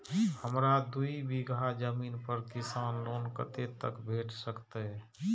हमरा दूय बीगहा जमीन पर किसान लोन कतेक तक भेट सकतै?